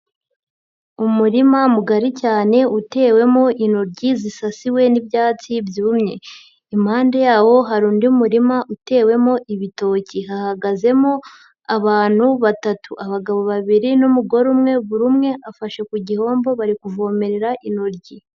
Umurima mugari cyane utewemo intoryi zisasiwe n'ibyatsi byumye, impande yawo hari undi murima utewemo ibitoki hahagazemo abantu batatu, abagabo babiri n'umugore umwe. Buri umwe afashe ku gihombo bari kuvomerera intoryi.